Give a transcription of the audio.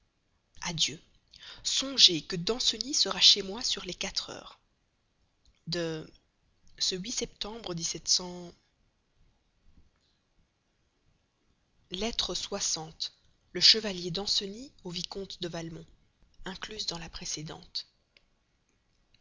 adieu songez que danceny sera chez moi sur les quatre heures de lettre soixante le chevalier danceny au vicomte de valmont incluse dans la précédente